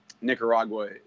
Nicaragua